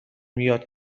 یاد